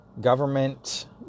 government